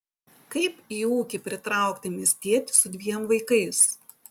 kaip į ūkį pritraukti miestietį su dviem vaikais